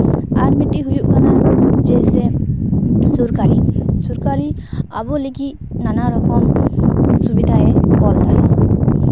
ᱟᱨ ᱢᱤᱫᱴᱤᱡ ᱦᱩᱭᱩᱜ ᱠᱟᱱᱟ ᱡᱮᱭᱥᱮ ᱥᱚᱨᱠᱟᱨᱤ ᱥᱚᱨᱠᱟᱨᱤ ᱟᱵᱚ ᱞᱟᱹᱜᱤᱫ ᱱᱟᱱᱟ ᱨᱚᱠᱚᱢ ᱥᱩᱵᱤᱫᱷᱟᱭ ᱠᱩᱞ ᱫᱟᱭ